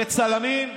וצלמים,